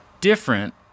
different